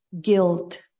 guilt